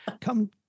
come